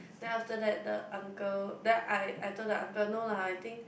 then after that the uncle then I I told the uncle no lah I think